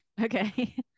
Okay